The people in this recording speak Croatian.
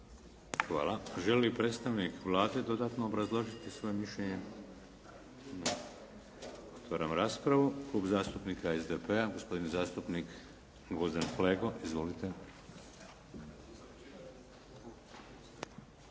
Hvala. Želi li predstavnik Vlade dodatno obrazložiti svoje mišljenje? Otvaram raspravu. Klub zastupnika SDP-a, gospodin zastupnik Gvozden Flego. Izvolite.